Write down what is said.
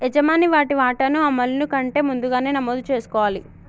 యజమాని వాటి వాటాను అమలును కంటే ముందుగానే నమోదు చేసుకోవాలి